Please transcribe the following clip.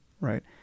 right